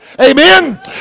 Amen